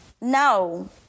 no